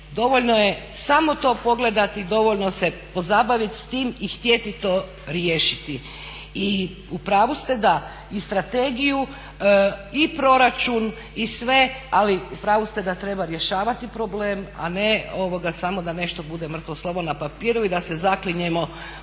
dovoljno je samo to pogledati, dovoljno se pozabaviti s tim i htjeti to riješiti. I u pravu ste da i strategiju i proračun i sve, ali u pravu ste da treba rješavati problem, a ne samo da nešto bude mrtvo slovo na papiru i da se zaklinjemo